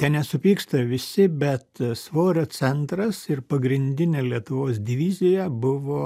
tenesupyksta visi bet svorio centras ir pagrindinė lietuvos divizija buvo